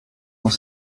dans